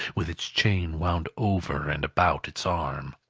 with its chain wound over and about its arm.